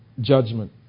judgment